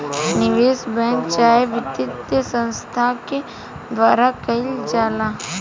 निवेश बैंक चाहे वित्तीय संस्थान के द्वारा कईल जाला